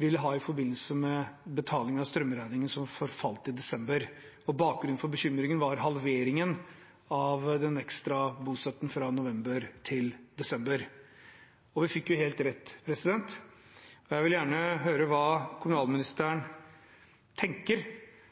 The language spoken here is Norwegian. ville ha i forbindelse med betaling av strømregningen som forfalt i desember. Bakgrunnen for bekymringen var halveringen av den ekstra bostøtten fra november til desember. Vi fikk helt rett. Jeg vil gjerne høre hva kommunalministeren tenker